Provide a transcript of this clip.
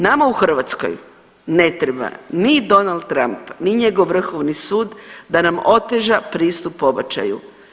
Nama u Hrvatskoj ne treba ni Donald Trump, ni njegov vrhovni sud da nam oteža pristup pobačaju.